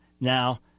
now